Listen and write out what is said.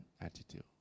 attitude